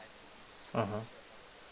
mmhmm